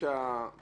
צריכים